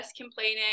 complaining